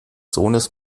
sohnes